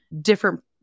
different